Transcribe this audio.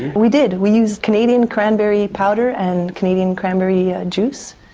we did, we used canadian cranberry powder and canadian cranberry juice.